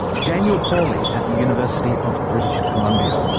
daniel pauly at the university of british colombia.